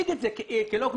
להציג את זה כלא הוגנות,